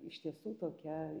iš tiesų tokia